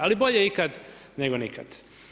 Ali, bolje ikad nego nikad.